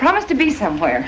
promise to be somewhere